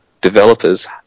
developers